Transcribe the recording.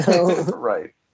Right